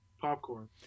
Popcorn